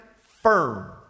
firm